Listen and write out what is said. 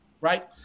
right